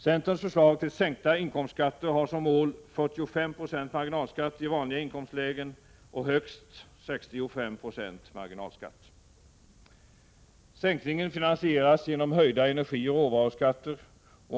Centers förslag till sänkta inkomstskatter har som mål 45 96 marginalskatt i vanliga inkomstlägen och högst 65 96 marginalskatt. Sänkningen finansieras genom höjda energioch råvaruskatter.